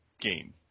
game